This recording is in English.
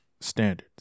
standards